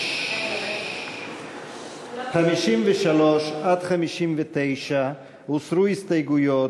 53 59, הוסרו הסתייגויות.